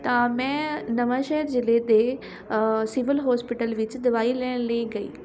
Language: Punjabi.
ਤਾਂ ਮੈਂ ਨਵਾਂਸ਼ਹਿਰ ਜ਼ਿਲ੍ਹੇ ਦੇ ਸਿਵਲ ਹੋਸਪਿਟਲ ਵਿੱਚ ਦਵਾਈ ਲੈਣ ਲਈ ਗਈ